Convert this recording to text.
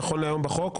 נכון להיום בחוק,